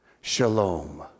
shalom